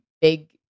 big